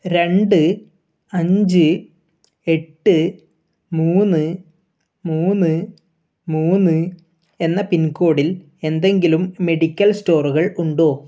രണ്ട് അഞ്ച് എട്ട് മൂന്ന് മൂന്ന് മൂന്ന് എന്ന പിൻകോഡിൽ എന്തെങ്കിലും മെഡിക്കൽ സ്റ്റോറുകൾ ഉണ്ടോ